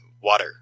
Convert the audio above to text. water